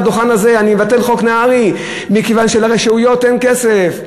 על הדוכן הזה: אני מבטל את חוק נהרי מכיוון שלרשויות אין כסף,